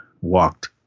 walked